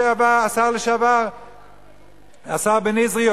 השר בניזרי,